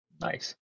Nice